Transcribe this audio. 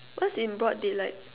what's in broad daylight